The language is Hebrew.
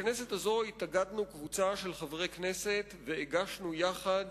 בכנסת הזאת התאגדנו קבוצה של חברי הכנסת והגשנו יחד